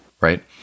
right